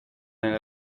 nella